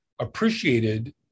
appreciated